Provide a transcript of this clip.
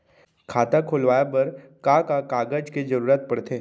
खाता खोलवाये बर का का कागज के जरूरत पड़थे?